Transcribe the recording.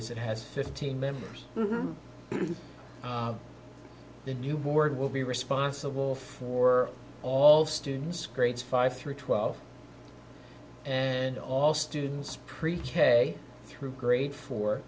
is it has fifteen members the new board will be responsible for all students grades five through twelve and all students preach a through grade fo